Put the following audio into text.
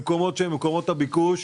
במקומות שהם מקומות הביקוש,